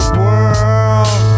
world